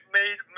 made